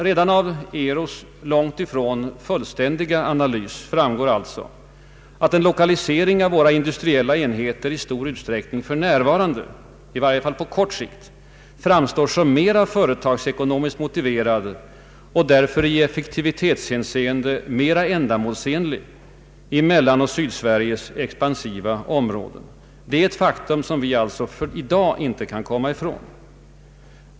Redan av ERU:s långtifrån fullständiga analys framgår alltså att en lokalisering av våra industriella enheter i stor utsträckning för närvarande, i varje fall på kort sikt, framstår som mera företagsekonomiskt motiverad och därför i effektivitetshänseende mera ändamålsenlig i Mellanoch Sydsveriges expansiva områden. Det är ett faktum som vi i dag inte kan komma ifrån.